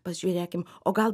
pažiūrėkim o gal